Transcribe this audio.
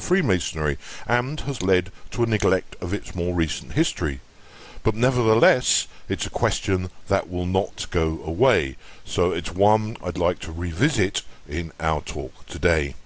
freemasonry has led to a neglect of its more recent history but nevertheless it's a question that will not go away so it's why i'd like to revisit out today